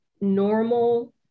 normal